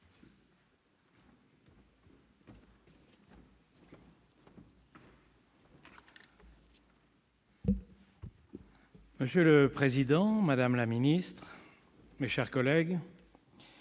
Monsieur le président, madame la ministre, mes chers collègues,